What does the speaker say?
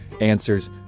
answers